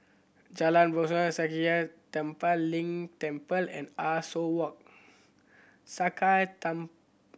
Jalan Sakya Tenphel Ling Temple and Ah Soo Walk